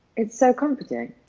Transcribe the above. it's so comforting.